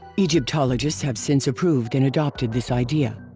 egyptologists have since approved and adopted this idea.